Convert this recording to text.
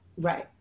Right